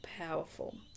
powerful